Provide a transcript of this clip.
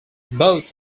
both